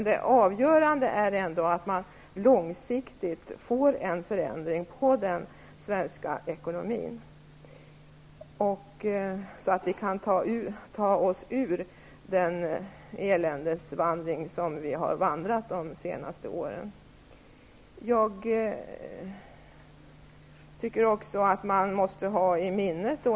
Det avgörande är ändå att man långsiktigt får en förändring av den svenska ekonomin, så att vi kan ta oss ur den eländesvandring som vi har varit ute på under de senaste åren.